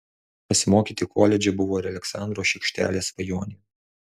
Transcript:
pasimokyti koledže buvo ir aleksandro šiekštelės svajonė